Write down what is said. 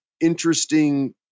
interesting